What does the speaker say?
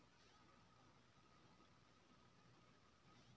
UPI सब तरह के खाता में भय सके छै?